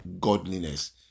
godliness